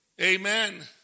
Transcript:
Amen